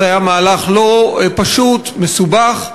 זה היה מהלך לא פשוט, מסובך,